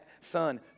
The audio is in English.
son